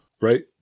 right